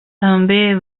també